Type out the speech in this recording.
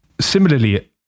similarly